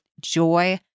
Joy